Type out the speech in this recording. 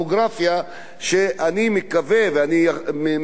אני מקווה שישתכנעו,